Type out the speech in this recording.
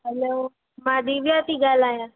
हलो मां दिव्या थी ॻाल्हायां